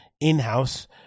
in-house